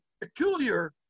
peculiar